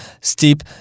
steep